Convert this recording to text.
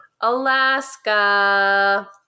Alaska